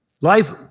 Life